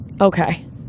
Okay